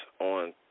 on